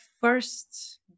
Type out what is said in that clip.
first